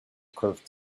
curved